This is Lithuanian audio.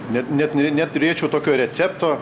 net net ir neturėčiau tokio recepto